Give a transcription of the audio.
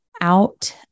out